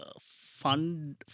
fund